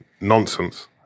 Nonsense